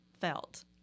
felt